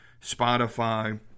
Spotify